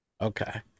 Okay